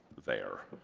there.